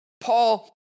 Paul